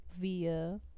via